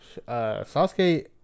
Sasuke